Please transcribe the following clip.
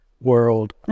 world